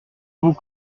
vous